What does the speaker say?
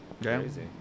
crazy